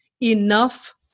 Enough